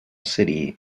city